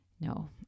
No